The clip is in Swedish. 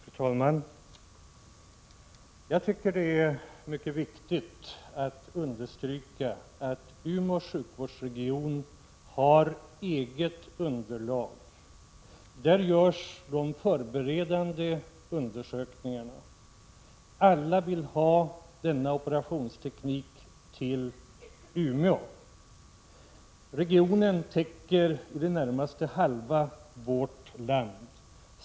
Fru talman! Jag tycker att det är mycket viktigt att understryka att Umeå sjukvårdsregion har eget underlag. Där görs de förberedande undersökningarna. Alla vill ha denna operationsteknik till Umeå. Regionen täcker i det närmaste halva vårt land.